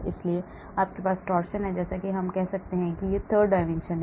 इसलिए आपके पास torsion है जैसा कि हम कह सकते हैं कि यह third dimension है